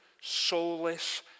soulless